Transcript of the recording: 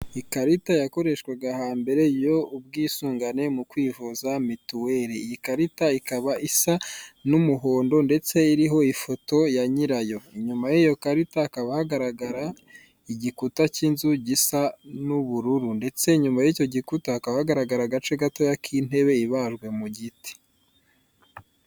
Ikarita yakoreshwaga hambere yo ubwisungane mu kwivuza mituweri, ikarita ikaba isa n'umuhondo ndetse iriho ifoto ya nyirayo inyuma y'iyo karita hakaba hagaragara igikuta k'inzu gisa n'ubururu ndetse y'icyo gikuta hakaba hagaragara agace gatoya k'intebe ibajwe mu giti.